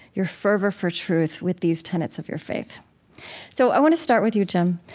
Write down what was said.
your fervor for truth with these tenets of your faith so i want to start with you, jim.